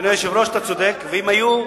אדוני היושב-ראש, אתה צודק, ואם היו,